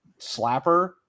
slapper